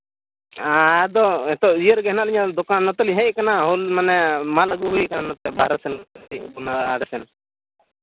ᱟᱫᱚ ᱦᱤᱸᱛᱳᱜ ᱤᱭᱟᱹ ᱨᱮᱜᱮ ᱦᱮᱱᱟᱜ ᱞᱤᱧᱟᱹ ᱫᱚᱠᱟᱱ ᱱᱟᱛᱮ ᱞᱤᱧ ᱦᱮᱡ ᱠᱟᱱᱟ ᱦᱳᱞ ᱢᱟᱱᱮ ᱢᱟᱞ ᱟᱹᱜᱩ ᱦᱩᱭ ᱠᱟᱱᱟ ᱱᱟᱛᱮ ᱵᱟᱨᱦᱮ ᱥᱮᱱ ᱠᱷᱟᱱᱟᱜ ᱚᱱᱟ ᱵᱟᱨᱦᱮ ᱥᱮᱱ